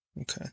Okay